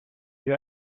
you